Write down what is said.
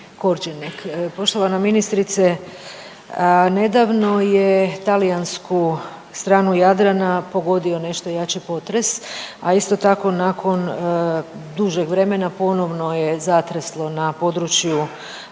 Poštovana ministrice nedavno je talijansku stranu Jadrana pogodio nešto jači potres, a isto tako nakon dužeg vremena ponovno je zatreslo na području Petrinje